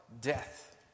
death